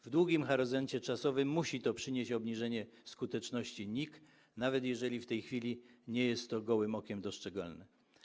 W długim horyzoncie czasowym musi to przynieść obniżenie skuteczności NIK, nawet jeżeli w tej chwili nie jest to gołym okiem dostrzegalne.